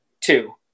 Two